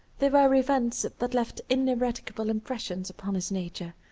there were events that left ineradicable impressions upon his nature,